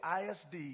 ISD